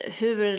hur